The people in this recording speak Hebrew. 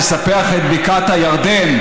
לספח את בקעת הירדן,